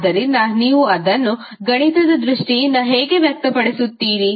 ಆದ್ದರಿಂದ ನೀವು ಅದನ್ನು ಗಣಿತದ ದೃಷ್ಟಿಯಿಂದ ಹೇಗೆ ವ್ಯಕ್ತಪಡಿಸುತ್ತೀರಿ